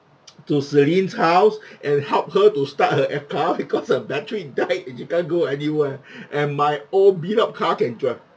to celine's house and help her to start her F car because her battery died it can't go anywhere and my old beat up car can drive